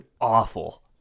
awful